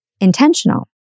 intentional